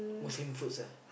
Muslim foods ah